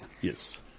yes